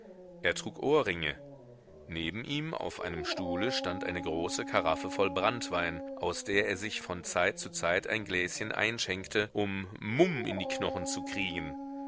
er trug ohrringe neben ihm auf einem stuhle stand eine große karaffe voll branntwein aus der er sich von zeit zu zeit ein gläschen einschenkte um mumm in die knochen zu kriegen